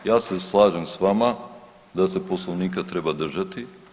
Ja se slažem sa vama da se Poslovnika treba držati.